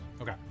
Okay